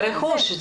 זה רכוש.